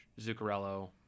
Zuccarello